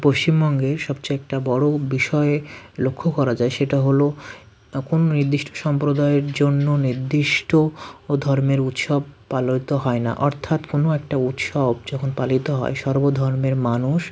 পশ্চিমবঙ্গে সবচেয়ে একটা বড় বিষয় লক্ষ্য করা যায় সেটা হল একন নির্দিষ্ট সম্প্রদায়ের জন্য নির্দিষ্ট ধর্মের উৎসব পালিত হয় না অর্থাৎ কোনো একটা উৎসব যখন পালিত হয় সর্ব ধর্মের মানুষ